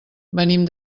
venim